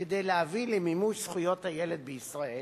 כדי להביא למימוש זכויות הילד בישראל,